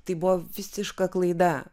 tai buvo visiška klaida